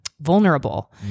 vulnerable